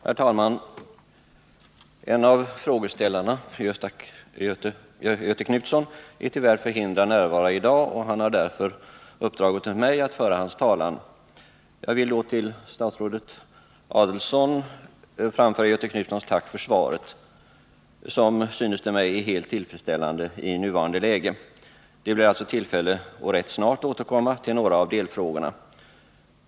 Herr talman! En av frågeställarna, Göthe Knutson, är tyvärr förhindrad att närvara i dag. Han har därför uppdragit åt mig att föra hans talan. Jag vill då till statsrådet Adelsohn framföra Göthe Knutsons tack för svaret, som — synes det mig — är helt tillfredsställande i nuvarande läge. Det blir alltså tillfälle att rätt snart återkomma till några av delfrågorna.